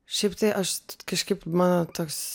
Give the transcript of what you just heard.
šiaip tai aš kažkaip mano toks